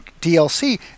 DLC